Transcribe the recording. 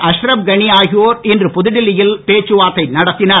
அஷ்ரப் கனி ஆகியோர் இன்று புதுடெல்லியில் பேச்சுவார்த்தை நடத்தினர்